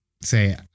say